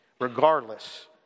regardless